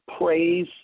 praise